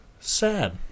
sad